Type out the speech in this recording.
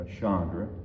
Chandra